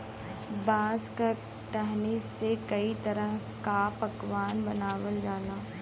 बांस क टहनी से कई तरह क पकवान बनावल जाला